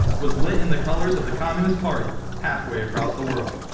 was lit in the colors of the communist party, halfway across the world.